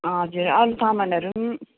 हजुर अरू सामानहरू पनि